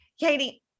Katie